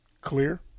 clear